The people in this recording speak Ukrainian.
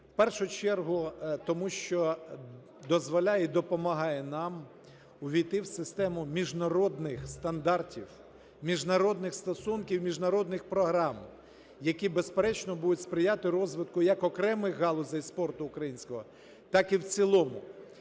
В першу чергу, тому що дозволяє і допомагає нам увійти в систему міжнародних стандартів, міжнародних стосунків, міжнародних програм, які, безперечно, будуть сприяти розвитку як окремих галузей спорту українського, так і в цілому.